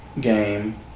game